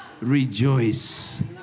Rejoice